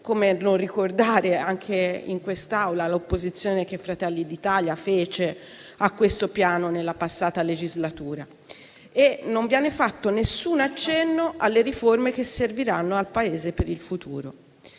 Come non ricordare, anche in quest'Aula, l'opposizione che Fratelli d'Italia fece a questo Piano nella scorsa legislatura? E non viene fatto alcun accenno alle riforme che serviranno al Paese per il futuro.